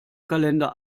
kalender